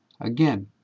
again